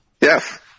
Yes